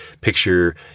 picture